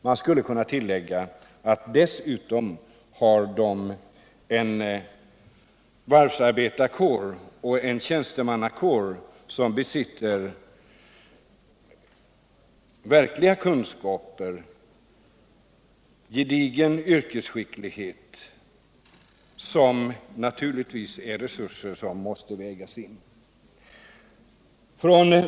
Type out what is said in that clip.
Man skulle kunna tillägga att varven dessutom har en varvsarbetarkår och en tjänstemannakår som besitter verkliga kunskaper och gedigen yrkesskicklighet. Detta är naturligtvis resurser som måste vägas in i detta sammanhang.